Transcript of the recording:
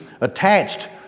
attached